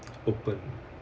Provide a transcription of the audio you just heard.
open